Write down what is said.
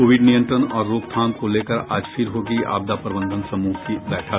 Covid नियंत्रण और रोकथाम को लेकर आज फिर होगी आपदा प्रबंधन समूह की बैठक